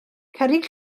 cerrig